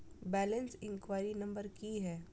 Balance inquiry number की है?